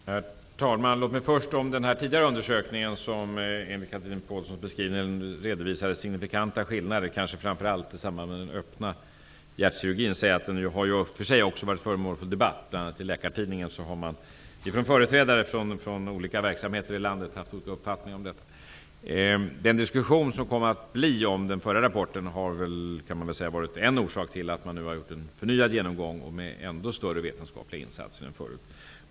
Herr talman! Låt mig först säga om den tidigare undersökningen -- som enligt Chatrine Pålssons beskrivning redovisade signifikanta skillnader, kanske framför allt i samband med den öppna hjärtkirurgin -- att den också har varit föremål för debatt. Bl.a. i Läkartidningen har företrädare för olika verksamheter i landet haft olika uppfattningar om detta. Den diskussion som uppstod om den förra rapporten har varit en orsak till att man har gjort en förnyad genomgång, med ännu större vetenskapliga insatser än förut.